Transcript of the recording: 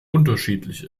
unterschiedlich